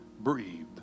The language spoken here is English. breathed